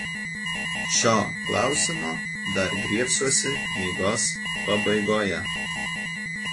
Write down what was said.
šio klausimo dar griebsiuosi knygos pabaigoje